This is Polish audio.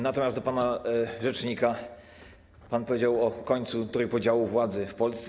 Natomiast do pana rzecznika: pan powiedział o końcu trójpodziału władzy w Polsce.